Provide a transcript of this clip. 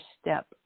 step